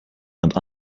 and